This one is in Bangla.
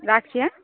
রাখছি হ্যাঁ